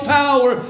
power